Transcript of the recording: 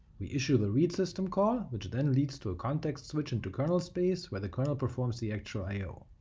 we issue the read two system call, which then leads to a context switch into kernel space where the kernel performs the actual i yeah o.